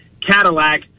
Cadillac